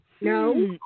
No